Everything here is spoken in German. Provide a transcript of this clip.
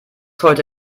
heute